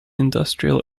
industrial